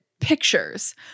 pictures